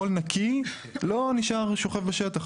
חול נקי לא נשאר שוכב בשטח.